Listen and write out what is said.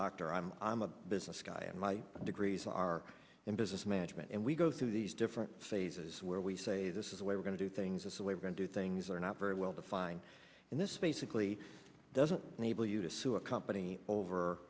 doctor i'm i'm a business guy and my degrees are in business management and we go through these different phases where we say this is the way we're going to do things that's the way we're going to things are not very well defined and this basically doesn't enable you to sue a company over